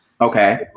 okay